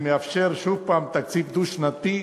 שמאפשר שוב פעם תקציב דו-שנתי,